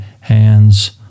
hands